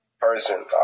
person